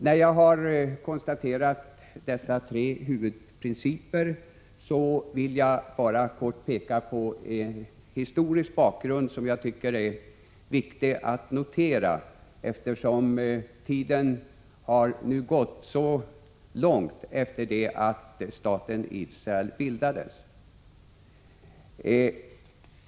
När jag har konstaterat dessa tre huvudprinciper, vill jag bara kort peka på en historisk bakgrund som jag tycker är viktig att notera, eftersom tiden nu har gått så långt efter det att staten Israel bildades.